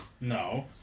No